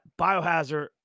Biohazard